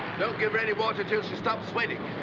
don't give her any water till she stops sweating.